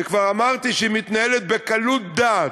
שכבר אמרתי שהיא מתנהלת בקלות דעת,